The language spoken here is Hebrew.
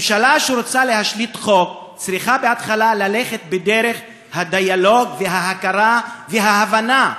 ממשלה שרוצה להשליט חוק צריכה בהתחלה ללכת בדרך הדיאלוג וההכרה וההבנה,